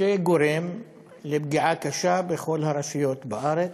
שגורם לפגיעה קשה בכל הרשויות בארץ,